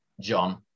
John